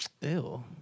Ew